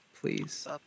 please